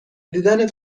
دیدنت